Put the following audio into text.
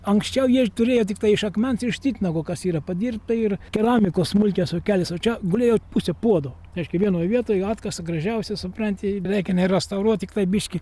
anksčiau jie turėjo tiktai iš akmens iš titnago kas yra padirbta ir keramikos smulkios kelis o čia gulėjo pusė puodo reiškia vienoj vietoj atkasta gražiausia supranti i reikia nei restauruot tiktai biškį